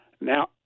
Now